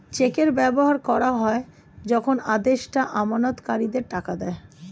চেকের ব্যবহার করা হয় যখন আদেষ্টা আমানতকারীদের টাকা দেয়